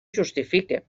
justifique